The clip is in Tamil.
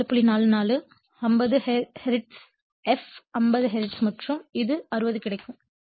44 50 ஹெர்ட்ஸ் F 50 ஹெர்ட்ஸ் மற்றும் இது 60 கிடைக்கும்